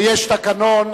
ויש תקנון.